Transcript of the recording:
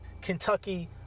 Kentucky